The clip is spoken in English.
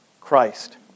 Christ